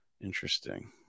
Interesting